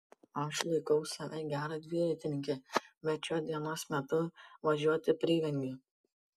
aš laikau save gera dviratininke bet šiuo dienos metu važiuoti privengiu